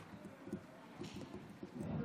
אדוני